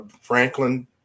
Franklin